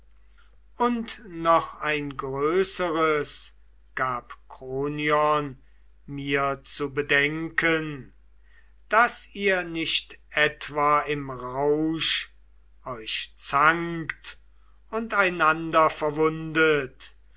und noch ein größeres gab kronion mir zu bedenken daß ihr nicht etwa im rausch euch zankt und einander verwundet